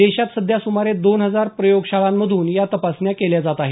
देशात सध्या सुमारे दोन हजार प्रयोगशाळांमधून या तपासण्या केल्या जात आहेत